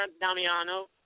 Damiano